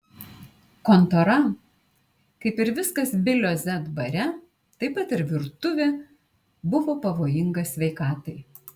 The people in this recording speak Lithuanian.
kontora kaip ir viskas bilio z bare taip pat ir virtuvė buvo pavojinga sveikatai